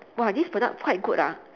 !wah! this product quite good ah